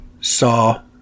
saw